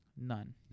None